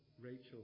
Rachel